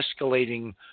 escalating